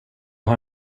har